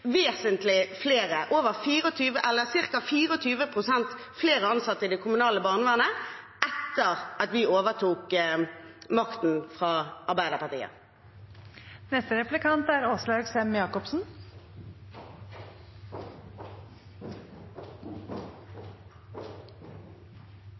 vesentlig flere. Det er blitt ca. 24 pst. flere ansatte i det kommunale barnevernet etter at vi overtok makten fra